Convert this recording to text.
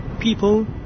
People